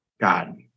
God